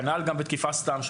כנ"ל גם בתקיפה סתם,